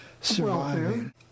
surviving